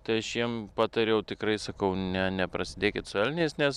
tai aš jiem patariau tikrai sakau ne neprasidėkit su elniais nes